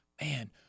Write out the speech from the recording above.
Man